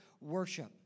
worship